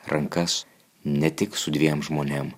rankas ne tik su dviem žmonėm